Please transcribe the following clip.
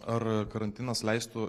ar karantinas leistų